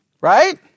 Right